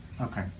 Okay